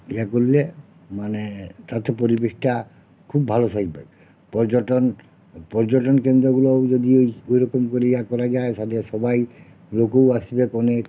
ইয়ে করলে মানে তাতে পরিবেশটা খুব ভালো থাকবে পর্যটন পর্যটন কেন্দ্রগুলোও যদি ওই ওরকম করে ইয়া করা যায় তাহলে সবাই লোকেও আসবে অনেক